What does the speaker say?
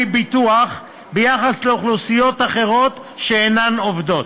ביטוח ביחס לאוכלוסיות אחרות שאינן עובדות.